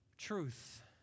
Truth